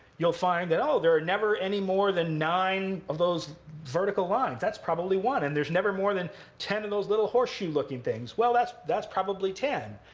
you'll find that, oh, there are never any more than nine of those vertical lines. that's probably one. and there's never more than ten of those little horseshoe-looking things. well, that's that's probably ten.